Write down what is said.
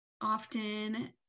often